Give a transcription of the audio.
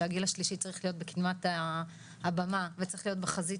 שהגיל השלישי צריך להיות בקדמת הבמה וצריך להיות בחזית